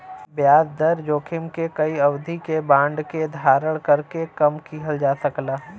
ब्याज दर जोखिम के कई अवधि के बांड के धारण करके कम किहल जा सकला